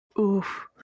oof